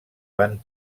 van